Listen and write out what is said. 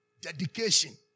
Dedication